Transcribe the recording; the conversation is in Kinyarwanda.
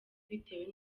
bitewe